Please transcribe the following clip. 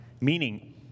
Meaning